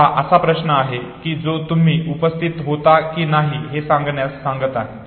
हा असा एक प्रश्न आहे जो तुम्ही उपस्थित होता की नाही हे सांगण्यास सांगत आहे